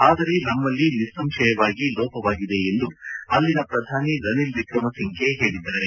ಆದರೆ ನಮ್ನಲ್ಲಿ ನಿಸ್ಲಂಶಯವಾಗಿ ಲೋಪವಾಗಿದೆ ಎಂದು ಅಲ್ಲಿನ ಪ್ರಧಾನಿ ರನಿಲ್ ವಿಕ್ರಮಿಸಿಂಘೆ ತಿಳಿಸಿದ್ದಾರೆ